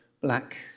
black